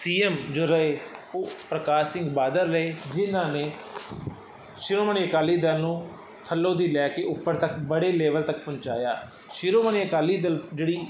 ਸੀ M ਜੋ ਰਹੇ ਉਹ ਪ੍ਰਕਾਸ਼ ਸਿੰਘ ਬਾਦਲ ਰਹੇ ਜਿਹਨਾਂ ਨੇ ਸ਼੍ਰੋਮਣੀ ਅਕਾਲੀ ਦਲ ਨੂੰ ਥੱਲੋਂ ਦੀ ਲੈ ਕੇ ਉੱਪਰ ਤੱਕ ਬੜੇ ਲੈਵਲ ਤੱਕ ਪਹੁੰਚਾਇਆ ਸ਼੍ਰੋਮਣੀ ਅਕਾਲੀ ਦਲ ਜਿਹੜੀ